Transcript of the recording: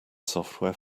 software